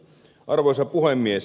arvoisa puhemies